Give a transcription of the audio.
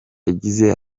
yagize